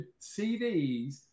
CDs